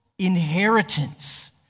inheritance